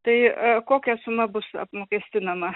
tai kokia suma bus apmokestinama